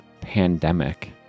pandemic